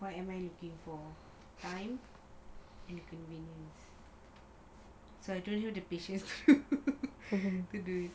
why am I looking for time and convenience so I don't have the patience to do it